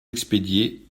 expédier